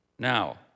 Now